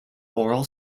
oral